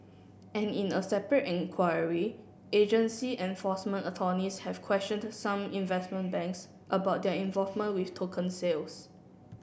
and in a separate inquiry agency enforcement attorneys have questioned some investment banks about their involvement with token sales